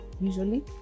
usually